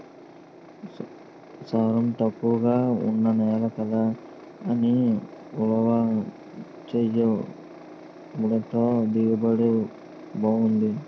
సారం తక్కువగా ఉన్న నేల కదా అని ఉలవ చేనెయ్యడంతో దిగుబడి బావుంది